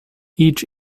each